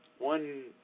One